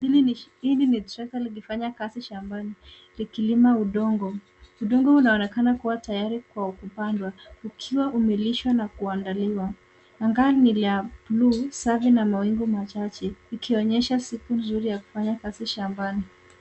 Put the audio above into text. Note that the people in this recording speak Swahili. Hili ni trakta likifanya kazi shambani likilima udongo. Udongo unaonekana kuwa tayari kwa kupandwa, ukiwa umelishwa na kuandaliwa. Anga ni bluu safi na mawingu machache ikionyesha siku mzuri ya kufanya kazi shambani.